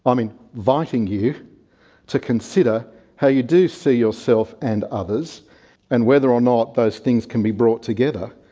i'm and inviting you to consider how you do see yourself and others and whether or not those things can be brought together.